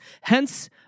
Hence